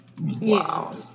Wow